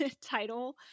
title